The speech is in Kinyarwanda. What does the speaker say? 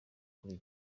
kuri